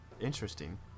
interesting